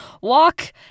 walk